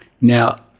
Now